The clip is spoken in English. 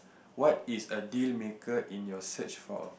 what is a deal maker in your search for